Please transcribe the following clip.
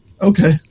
Okay